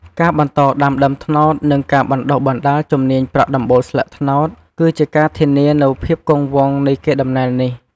ការបន្តដាំដើមត្នោត និងការបណ្ដុះបណ្ដាលជំនាញប្រក់ដំបូលស្លឹកត្នោត គឺជាការធានានូវភាពគង់វង្សនៃកេរដំណែលនេះ។